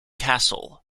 castle